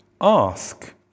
ask